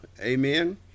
Amen